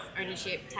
ownership